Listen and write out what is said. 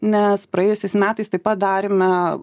nes praėjusiais metais taip pat darėme